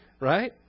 Right